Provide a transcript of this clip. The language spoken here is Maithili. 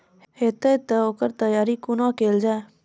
हेतै तअ ओकर तैयारी कुना केल जाय?